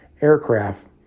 aircraft